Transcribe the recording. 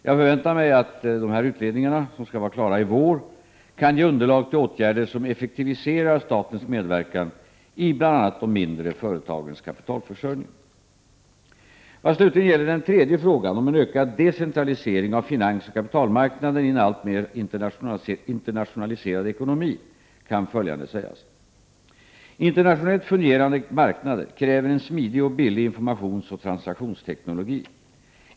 Jag förväntar mig att dessa utredningar — som skall vara klara i vår — kan ge underlag till åtgärder som effektiviserar statens medverkan i bl.a. de mindre företagens kapitalförsörjning. Vad slutligen gäller den tredje frågan om en ökad decentralisering av finansoch kapitalmarknaden i en alltmer internationaliserad ekonomi kan följande sägas. Internationellt fungerande marknader kräver en smidig och billig informationsoch transaktionsteknologi.